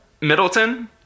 Middleton